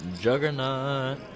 Juggernaut